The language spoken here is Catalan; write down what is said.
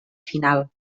final